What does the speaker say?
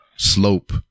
slope